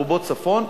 רובו בצפון,